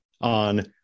on